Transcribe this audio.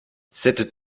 cette